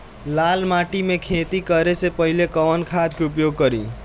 लाल माटी में खेती करे से पहिले कवन खाद के उपयोग करीं?